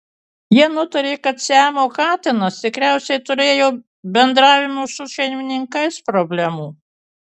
jie nutarė kad siamo katinas tikriausiai turėjo bendravimo su šeimininkais problemų